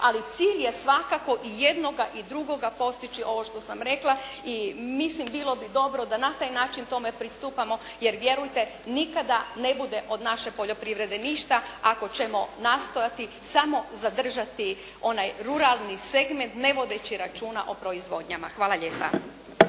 ali cilj je svakako i jednoga i drugoga postići ovo što sam rekla i mislim bilo bi dobro da na taj način tome pristupimo, jer vjerujete nikada ne bude od naše poljoprivrede ništa, ako ćemo nastojati samo zadržati onaj ruralni segment ne vodeći računa o proizvodnjama. Hvala lijepa.